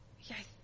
Yes